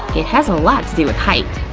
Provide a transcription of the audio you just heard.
it has a lot to do with height.